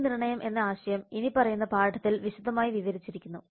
മൂല്യനിർണ്ണയം എന്ന ആശയം ഇനിപ്പറയുന്ന പാഠത്തിൽ വിശദമായി വിവരിച്ചിരിക്കുന്നു